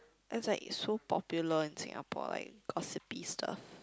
it's like so popular in Singapore like gossipy stuff